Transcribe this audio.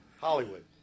Hollywood